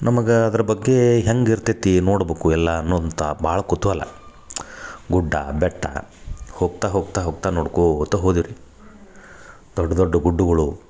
ನಮಗೆ ಅದ್ರ ಬಗ್ಗೆ ಹೆಂಗ ಇರ್ತೈತಿ ನೋಡ್ಬಕು ಎಲ್ಲ ಅನ್ನುವಂಥ ಭಾಳ್ ಕೂತೂಹಲ ಗುಡ್ಡ ಬೆಟ್ಟ ಹೋಗ್ತಾ ಹೋಗ್ತಾ ಹೋಗ್ತಾ ನೋಡ್ಕೋತ ಹೋದುವ್ ರೀ ದೊಡ್ಡ ದೊಡ್ಡ ಗುಡ್ಡಗುಳು